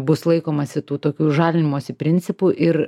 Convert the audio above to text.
bus laikomasi tų tokių žalinimosi principų ir